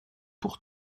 pour